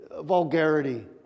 vulgarity